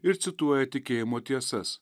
ir cituoja tikėjimo tiesas